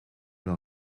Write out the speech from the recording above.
leur